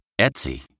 Etsy